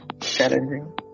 Challenging